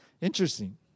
Interesting